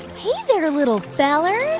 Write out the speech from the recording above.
hey there, little fellers